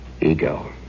ego